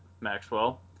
maxwell